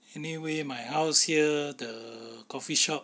anyway my house here the coffee shop